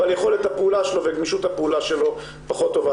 אבל יכולת הפעולה שלו וגמישות הפעולה שלו פחות טובים.